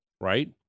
Right